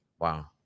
Wow